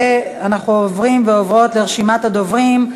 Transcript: אנחנו עוברים ועוברות לרשימת הדוברים.